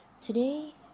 today